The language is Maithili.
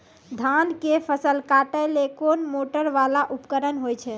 धान के फसल काटैले कोन मोटरवाला उपकरण होय छै?